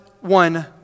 one